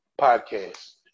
podcast